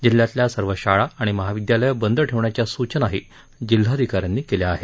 जिल्ह्यातल्या सर्व शाळा आणि महाविदयालयं बंद ठेवण्याच्या सुचनाही जिल्हाधिकाऱ्यांनी दिल्या आहेत